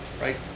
right